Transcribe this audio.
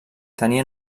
tenia